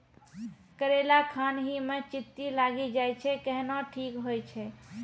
करेला खान ही मे चित्ती लागी जाए छै केहनो ठीक हो छ?